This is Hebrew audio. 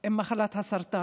עם מחלת הסרטן,